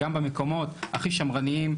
גם במקומות הכי שמרניים,